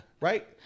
Right